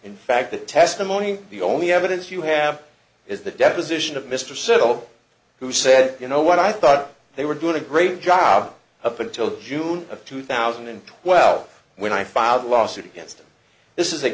in fact the testimony the only evidence you have is the deposition of mr settle who said you know what i thought they were doing a great job up until june of two thousand and twelve when i filed a lawsuit against him this is a